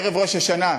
ערב ראש השנה,